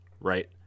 right